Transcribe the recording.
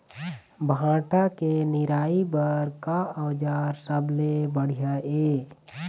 भांटा के निराई बर का औजार सबले बढ़िया ये?